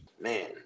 Man